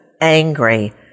angry